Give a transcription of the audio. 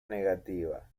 negativa